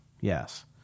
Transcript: yes